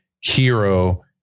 hero